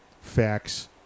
facts